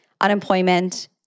unemployment